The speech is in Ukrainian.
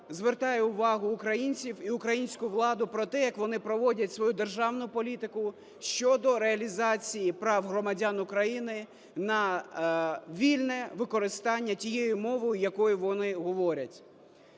звертає увагу українців і українську владу про те як вони проводять свою державну політику щодо реалізації прав громадян України на вільне використання тією мовою, якою вони говорять.